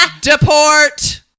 deport